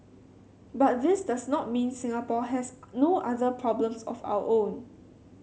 but this does not mean Singapore has no other problems of our own